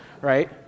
right